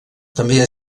també